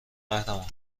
قهرمان